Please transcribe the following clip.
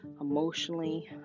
emotionally